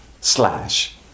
slash